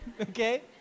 Okay